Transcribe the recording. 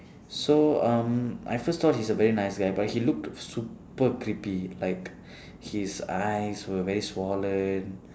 so um I first thought he's a very nice guy but he looked super creepy like his eyes were very swollen